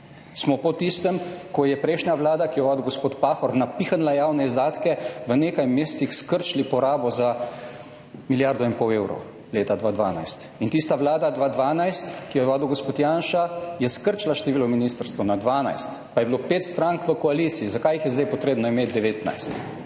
smo po tistem, ko je prejšnja vlada, ki jo vodi gospod Pahor napihnila javne izdatke, v nekaj mesecih skrčili porabo za milijardo in pol evrov leta 2012. In tista Vlada 2012, ki jo je vodil gospod Janša, je skrčila število ministrstev na 12, pa je bilo 5 strank v koalicij. Zakaj jih je zdaj potrebno imeti 19,